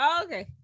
Okay